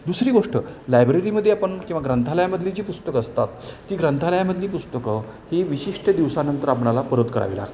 दुसरी गोष्ट लायब्ररीमध्ये आपण किंवा ग्रंथालयामधली जी पुस्तकं असतात ती ग्रंथालयामधली पुस्तकं ही विशिष्ट दिवसानंतर आपणाला परत करावी लागतात